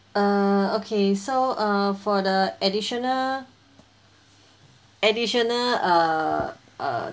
err okay so err for the additional additional err err